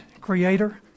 Creator